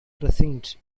precinct